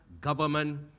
government